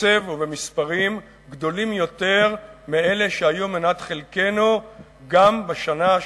בקצב ובמספרים גדולים יותר מאלה שהיו מנת חלקנו גם בשנה,